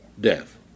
death